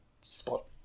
spot